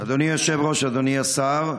אדוני היושב-ראש, אדוני השר,